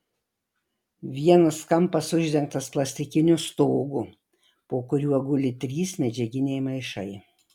vienas kampas uždengtas plastikiniu stogu po kuriuo guli trys medžiaginiai maišai